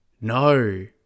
No